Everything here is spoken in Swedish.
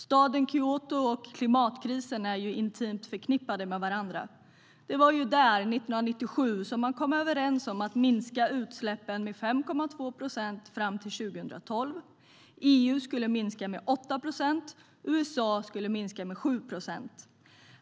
Staden Kyoto och klimatkrisen är intimt förknippade med varandra. Det var där man 1997 kom överens om att minska utsläppen med 5,2 procent fram till 2012. EU skulle minska med 8 procent och USA med 7 procent.